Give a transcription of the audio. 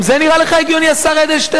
גם זה נראה לך הגיוני, השר אדלשטיין?